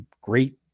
great